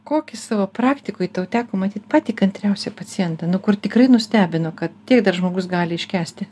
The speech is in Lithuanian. kokį savo praktikoj tau teko matyt patį kantriausią pacientą nu kur tikrai nustebino kad tiek dar žmogus gali iškęsti